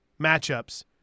matchups